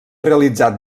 realitzat